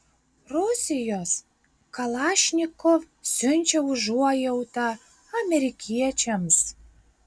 rusijos kalašnikov siunčia užuojautą amerikiečiams